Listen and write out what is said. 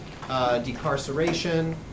decarceration